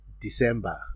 december